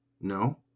no